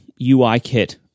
UIKit